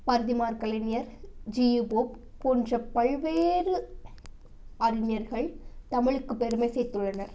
பரிதிமாற்கலைஞர் G U Pope போன்ற பல்வேறு அறிஞர்கள் தமிழுக்கு பெருமை சேர்த்துள்ளனர்